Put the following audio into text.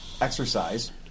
exercise